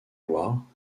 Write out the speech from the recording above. loire